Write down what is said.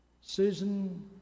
Susan